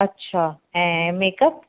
अच्छा ऐं मेकअप